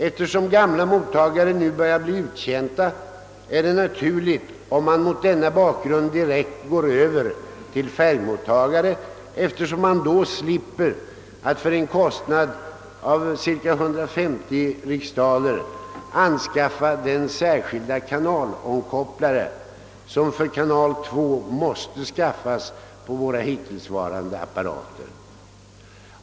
Eftersom många gamla mottagare nu börjar bli uttjänta är det naturligt, om TV-tittarna här i landet mot denna bakgrund vill gå över direkt till färgmottagare och då slippa att för en kostnad av cirka 150 riksdaler anskaffa den särskilda kanalomkopplare som behövs för att på äldre mottagare kunna ta emot sådana program.